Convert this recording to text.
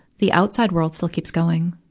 the outside world still keeps going,